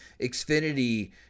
Xfinity